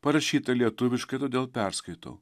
parašyta lietuviškai todėl perskaitau